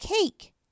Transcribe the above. cake